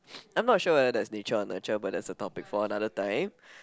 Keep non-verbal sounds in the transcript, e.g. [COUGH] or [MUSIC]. [NOISE] I'm not sure whether that's nature or nurture but that's a topic for another time